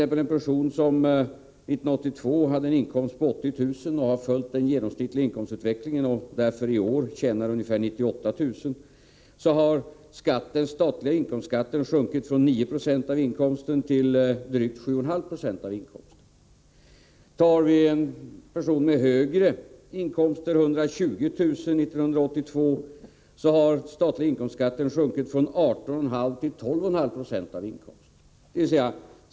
För en person som 1982 hade en inkomst på 80 000 kr. och sedan har följt den genomsnittliga inkomstutvecklingen och därför i år tjänar ungefär 98 000 kr. har den statliga inkomstskatten sjunkit från 9 till drygt 7,5 96 av inkomsten. För en person med högre inkomst, 120 000 kr. år 1982, har den statliga inkomstskatten sjunkit från 18,5 till 12,5 90 av inkomsten.